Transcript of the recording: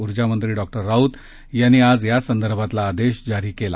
ऊर्जामंत्री डॉ राऊत यांनी आज यासंदर्भातला आदेश जारी केला